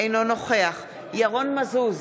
אינו נוכח ירון מזוז,